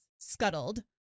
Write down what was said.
scuttled